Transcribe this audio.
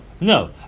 no